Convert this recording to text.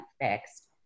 fixed